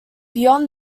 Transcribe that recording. beyond